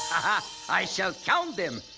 ah i shall count them.